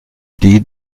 die